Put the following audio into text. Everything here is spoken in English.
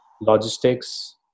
logistics